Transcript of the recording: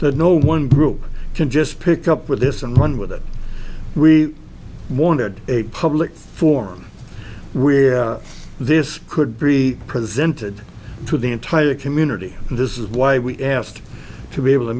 that no one group can just pick up with this and run with it we wondered a public forum where this could be presented to the entire community and this is why we asked to be able to